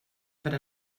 per